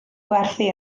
gwerthu